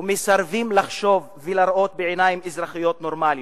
ומסרבים לחשוב ולראות בעיניים אזרחיות נורמליות.